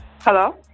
Hello